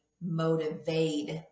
motivate